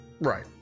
Right